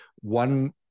One